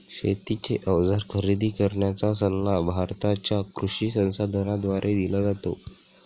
शेतीचे अवजार खरेदी करण्याचा सल्ला भारताच्या कृषी संसाधनाद्वारे दिला जातो